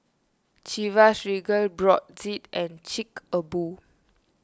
Chivas Regal Brotzeit and Chic A Boo